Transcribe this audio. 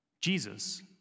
Jesus